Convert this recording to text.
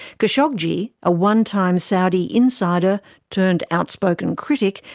khashoggi, a onetime saudi insider turned outspoken critic,